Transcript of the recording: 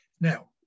Now